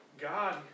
God